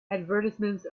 advertisements